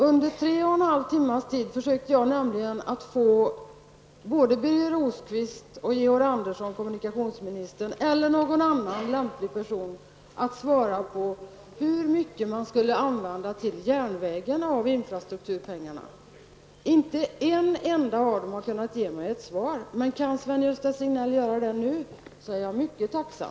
Under tre och en halv timmes tid försökte jag nämligen att få både Birger Rosqvist och kommunikationsministern eller någon annan lämplig person att svara på hur mycket av infrastrukturpengarna som skulle användas till järnvägarna. Inte en av dem har kunnat ge mig ett svar. Men kan Sven-Gösta Signell göra det nu, är jag mycket tacksam.